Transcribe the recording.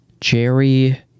Jerry